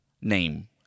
name